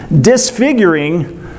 disfiguring